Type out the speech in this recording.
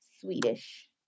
Swedish